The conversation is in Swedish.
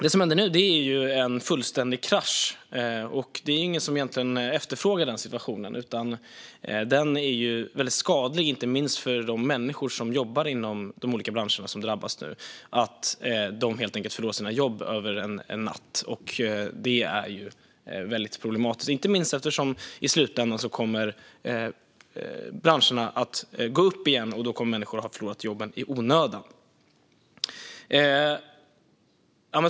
Det som händer nu är en fullständig krasch. Det är ingen som efterfrågar en sådan situation. Den är väldigt skadlig, inte minst för de människor som jobbar inom de olika branscher som drabbas nu. De förlorar helt enkelt sina jobb över en natt. Det är problematiskt, inte minst eftersom branscherna i slutändan kommer att gå upp igen, och då kommer människor att ha förlorat jobben i onödan.